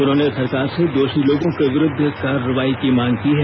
उन्होंने सरकार से दोषी लोगों के विरुद्ध कार्रवाई की मांग की है